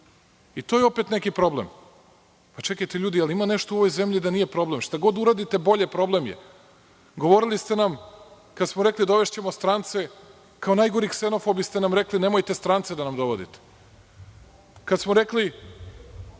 i to je opet neki problem. Čekajte ljudi, ima li u ovoj zemlji što nije problem. Šta god uradite bolje to je problem. Govorili ste nam kad smo rekli da ćemo dovesti strance, kao najgori ksenofobi ste nam rekli, nemojte strance da nam dovodite. Kada smo rekli,